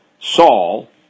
Saul